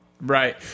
Right